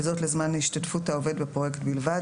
וזאת לזמן השתתפות העובד בפרויקט בלבד",